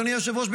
אדוני היושב-ראש,